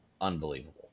Unbelievable